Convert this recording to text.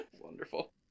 Wonderful